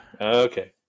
Okay